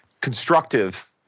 constructive